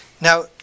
Now